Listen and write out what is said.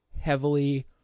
heavily